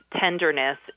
tenderness